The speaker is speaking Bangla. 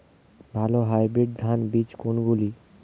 ভালো হাইব্রিড ধান বীজ কোনগুলি?